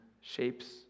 shapes